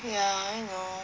yeah I know